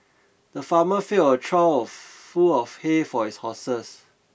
the farmer filled a trough full of hay for his horses